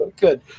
Good